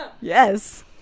Yes